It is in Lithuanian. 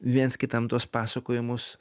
viens kitam tuos pasakojimus